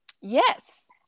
Yes